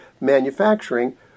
manufacturing